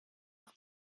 auf